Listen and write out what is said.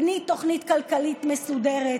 בלי תוכנית כלכלית מסודרת.